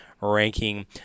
ranking